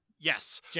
Yes